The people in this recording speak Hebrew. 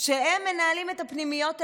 שהם מנהלים את הפנימיות האלה,